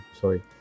sorry